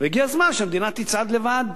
והגיע הזמן שהמדינה תצעד לבד.